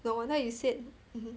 no wonder you said